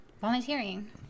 volunteering